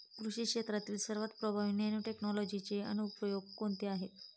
कृषी क्षेत्रातील सर्वात प्रभावी नॅनोटेक्नॉलॉजीचे अनुप्रयोग कोणते आहेत?